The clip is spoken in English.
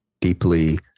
deeply